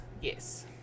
Yes